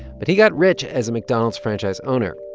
but he got rich as a mcdonald's franchise owner.